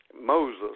Moses